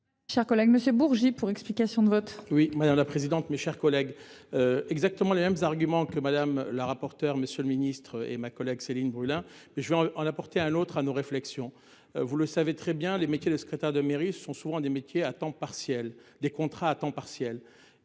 Cher collègue, Monsieur Bourgi pour explication de vote. Oui madame la présidente, mes chers collègues. Exactement les mêmes arguments que Madame la rapporteure, Monsieur le Ministre et ma collègue Céline Brulin, mais je vais en apporter un autre à nos réflexions, vous le savez très bien les métiers de secrétaire de mairie, ce sont souvent des métiers à temps partiel des contrats à temps partiel.